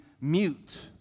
mute